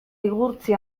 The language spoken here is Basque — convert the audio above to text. igurtzi